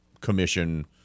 commission